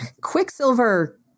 Quicksilver